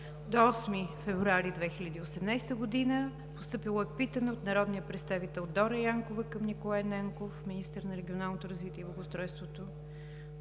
– 8 февруари 2018 г. има постъпило питане от народния представител Дора Янкова към Николай Нанков – министър на регионалното развитие и благоустройството,